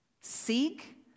Seek